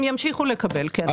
הם ימשיכו לקבל, כן.